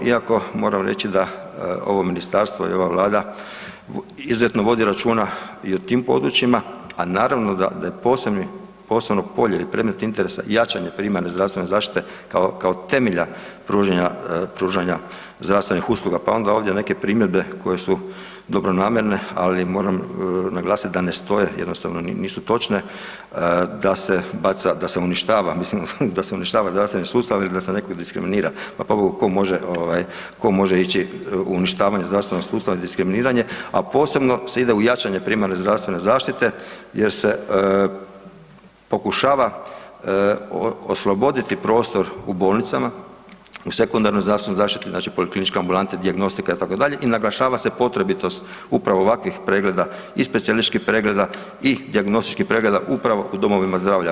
Iako, moramo reći da ovo ministarstvo i ova Vlada izuzetno vodi računa i o tim područjima, a naravno da, da je posebno polje i predmet interesa, jačanje primarne zdravstvene zaštite kao temelja pružanja zdravstvenih usluga, pa onda ovdje neke primjedbe koje su dobronamjerne, ali moram naglasiti da ne stoje, jednostavno nisu točne, da se baca, da se uništava, da se uništava zdravstveni sustav i da se nekog diskriminira, pa pobogu, tko može ići u uništavanje zdravstvenog sustava i diskriminiranje, a posebno se ide u jačanje primarne zdravstvene zaštite jer se pokušava osloboditi prostor u bolnicama i sekundarnoj zdravstvenoj zaštiti, znači poliklinička ambulanta, dijagnostika, itd. i naglašava se potrebitost upravo ovakvih pregleda, i specijalističkih pregleda i dijagnostičkih pregleda upravo u domovima zdravlja.